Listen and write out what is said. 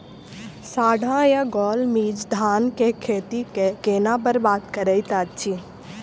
साढ़ा या गौल मीज धान केँ खेती कऽ केना बरबाद करैत अछि?